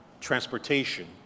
transportation